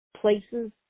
places